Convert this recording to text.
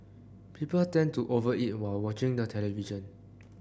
people tend to over eat while watching the television